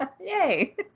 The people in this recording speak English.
Yay